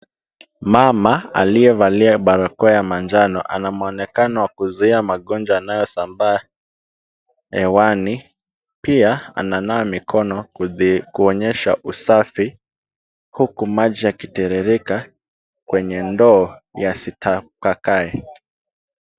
Mama aliyevalia barakoa ya manjano, ana mwonekano wa kuzuia magonjwa yanayosambaa hewani. Pia ananawa mikono kuonyesha usafi, huku maji yakitiririka kwenye ndoo, yasitapakae.